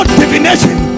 divination